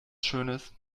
schönes